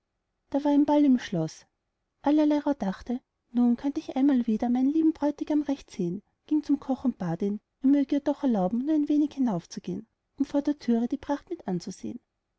da war ein ball in dem schloß allerlei rauh dachte nun könnt ich einmal wieder meinen lieben bräutigam recht sehen ging zum koch und bat ihn er möge ihr doch erlauben nur ein wenig hinaufzugehen um vor der thüre die pracht mit anzusehen